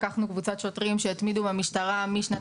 לקחנו קבוצת שוטרים שהתמידו במשטרה משנת